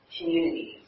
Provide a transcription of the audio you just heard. communities